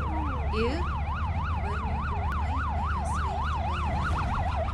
ir barniui ūmai ėmė svaigti galva